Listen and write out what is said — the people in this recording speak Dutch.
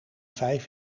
vijf